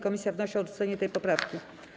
Komisja wnosi o odrzucenie tej poprawki.